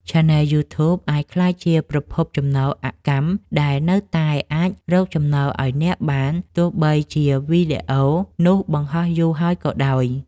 ឆានែលយូធូប អាចក្លាយជាប្រភពចំណូលអកម្ម ដែលនៅតែអាចរកលុយឱ្យអ្នកបានទោះបីជាវីដេអូនោះបង្ហោះយូរហើយក៏ដោយ។